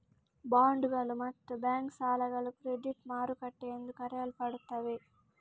ಬಾಂಡುಗಳು ಮತ್ತು ಬ್ಯಾಂಕ್ ಸಾಲಗಳು ಕ್ರೆಡಿಟ್ ಮಾರುಕಟ್ಟೆ ಎಂದು ಕರೆಯಲ್ಪಡುತ್ತವೆ